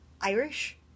Irish